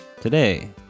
Today